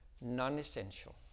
non-essential